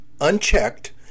unchecked